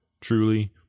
Truly